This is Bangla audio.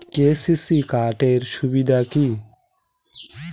কে.সি.সি কার্ড এর সুবিধা কি?